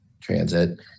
transit